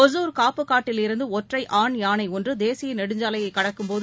ஒசூர் காப்புகாட்டில் இருந்து ஒற்றை ஆண் யானை ஒன்று தேசிய நெடுஞ்சாலையை கடக்கும்போது